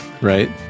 Right